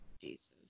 Jesus